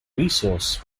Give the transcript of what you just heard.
resource